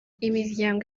imiryango